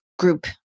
group